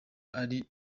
ari